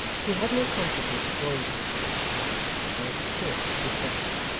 he had no consciousness of going to the jail but there he stood, before it.